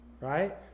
right